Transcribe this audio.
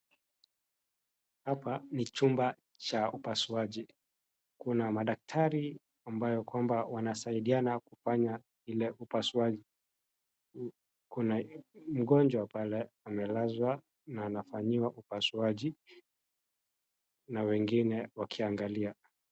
Hapa ni chumba cha upasuaji. Kuna madaktari ambayo kwamba wanasaidiana kufanya ile upasuaji, kuna mgonjwa pale amelazwa na anafanyiwa upasuaji na wengine wakiangalia.